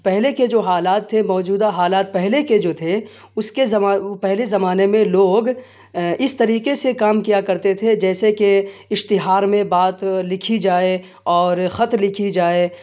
پہلے کے جو حالات تھے موجودہ حالات پہلے کے جو تھے اس کے پہلے زمانے میں لوگ اس طریقے سے کام کیا کرتے تھے جیسے کہ اشتہار میں بات لکھی جائے اور خط لکھی جائے